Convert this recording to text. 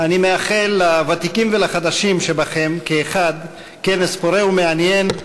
אני מאחל לוותיקים ולחדשים שבכם כאחד כנס פורה ומעניין,